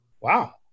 Wow